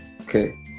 Okay